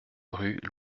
rue